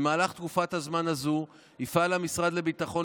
כאשר במהלך תקופת הזמן הזו יפעל המשרד לביטחון